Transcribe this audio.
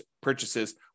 purchases